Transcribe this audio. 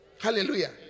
Hallelujah